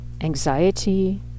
anxiety